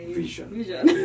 vision